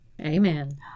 Amen